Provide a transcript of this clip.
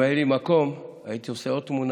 אם היה לי מקום, הייתי עושה עוד תמונה: